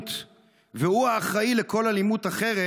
האלימות והוא האחראי לכל אלימות אחרת,